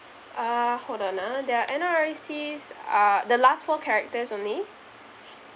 uh hold on ah their N_R_I_C uh the last four characters only